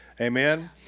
Amen